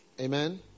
Amen